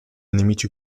nemici